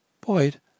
Boyd